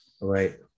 Right